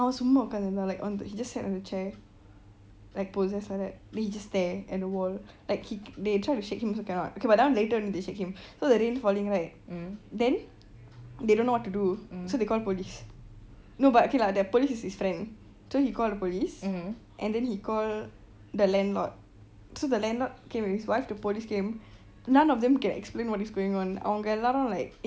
அவன் சும்மா உட்கார்ந்துடு இருந்தான்:avan chumaa okarthu irunthaan like he just sat on the chair like possessed like that he just stare at the wall like he they try to shake him also cannot but that one later then they shake him so the rain falling right then they don't know what to do so they call police no but okay lah that police is his friend so he call the police and then he call the landlord so the landlord came with his wife the police came none of them can explain what is going on அவங்க எல்லாரும்:avanga ellarum like